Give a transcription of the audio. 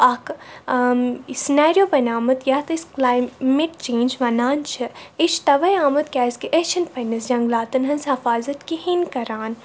اَکھ سِناریو بَنیومُت یَتھ أسۍ کٕلایمِٹ چینٛج وَنان چھِ یہِ چھِ تَوَے آمُت کیازکہِ أسۍ چھِ نہٕ پنٛنِس جنٛگلاتَن ہٕنٛز حفاظت کِہیٖنۍ کَران